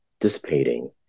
dissipating